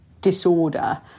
disorder